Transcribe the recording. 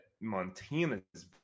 Montana's